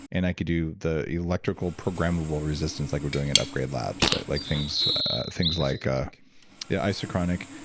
and i could do the electrical programmable resistance like we're doing at upgrade labs like things things like yeah isochronic,